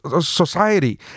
society